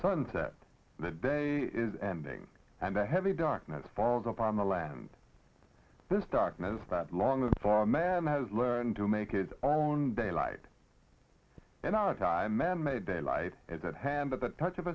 sunset the day is ending and the heavy darkness falls upon the land this darkness that long for man has learned to make its own daylight and our time man made daylight at hand but the touch of